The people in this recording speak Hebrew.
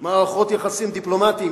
מערכות יחסים דיפלומטיים,